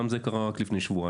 גם זה קרה רק לפני שבועיים.